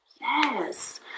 yes